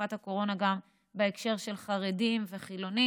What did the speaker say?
בתקופת הקורונה גם בהקשר של חרדים וחילונים,